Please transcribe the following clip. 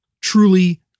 truly